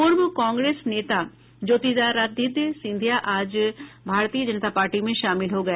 पूर्व कांग्रेस नेता ज्योतिरादित्य सिंधिया आज भारतीय जनता पार्टी में शामिल हो गए